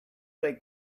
they